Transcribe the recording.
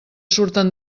surten